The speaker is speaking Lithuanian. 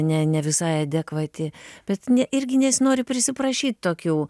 ne ne visai adekvati bet ne irgi nesinori prisiprašyt tokių